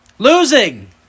Losing